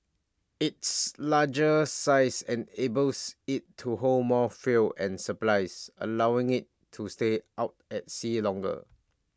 its larger size enables IT to hold more fuel and supplies allowing IT to stay out at sea longer